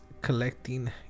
collecting